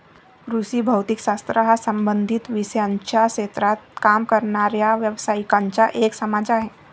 कृषी भौतिक शास्त्र हा संबंधित विषयांच्या क्षेत्रात काम करणाऱ्या व्यावसायिकांचा एक समाज आहे